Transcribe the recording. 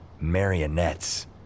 marionettes